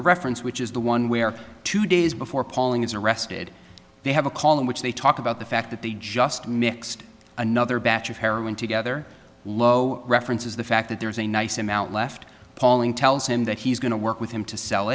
a reference which is the one where two days before polling is arrested they have a call in which they talk about the fact that they just mixed another batch of heroin together lo references the fact that there's a nice amount left palling tells him that he's going to work with him to sell